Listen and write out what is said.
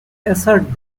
assert